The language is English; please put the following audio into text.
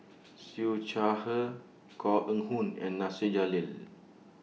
Siew Shaw Her Koh Eng Hoon and Nasir Jalil